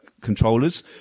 controllers